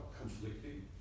conflicting